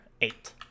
eight